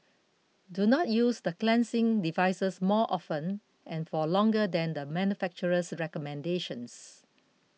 do not use the cleansing devices more often and for longer than the manufacturer's recommendations